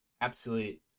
absolute